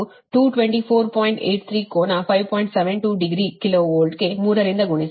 72 degree kilo ವೋಲ್ಟ್ಗೆ 3 ರಿಂದ ಗುಣಿಸಿ